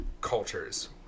cultures